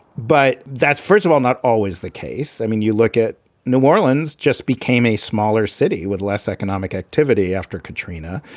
but that's, first of all, not always the case. i mean, you look at new orleans just became a smaller city with less economic activity after katrina.